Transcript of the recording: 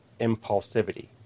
impulsivity